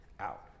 out